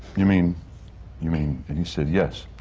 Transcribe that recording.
you mean you mean? and he said, yes.